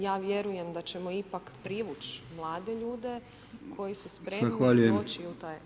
Ja vjerujem da ćemo ipak privući mlade ljude koji su spremni doći u taj kraj.